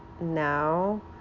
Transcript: now